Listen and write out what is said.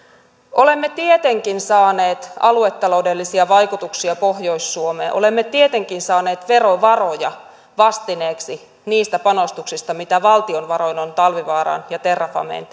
olemme tietenkin saaneet aluetaloudellisia vaikutuksia pohjois suomeen olemme tietenkin saaneet verovaroja vastineeksi niistä panostuksista mitä valtion varoin on talvivaaraan ja terrafameen